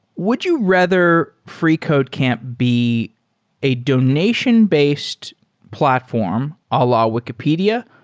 would you rather freecodecamp be a donation-based platform, a la wikipedia,